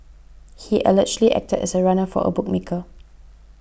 he allegedly acted as a runner for a bookmaker